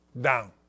Down